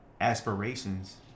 aspirations